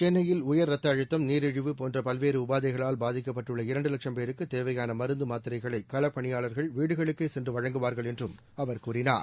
சென்னையில் உயர் ரத்த அழுத்தம் நீரிழிவு போன்ற பல்வேறு உபாதைகளால் பாதிக்கப்பட்டுள்ள இரண்டு லட்சம் பேருக்கு தேவையான மருந்து மாத்திரைகளை களப்பணியாளர்கள் வீடுகளுக்கே சென்று வழங்குவார்கள் என்றும் அவர் கூறினார்